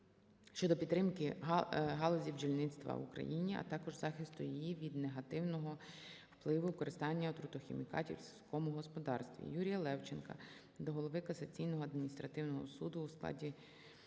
щодо підтримки галузі бджільництва в Україні, а також захисту її від негативного впливу використання отрутохімікатів в сільському господарстві. Юрія Левченка до Голови Касаційного адміністративного суду у складі